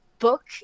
book